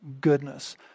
goodness